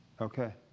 Okay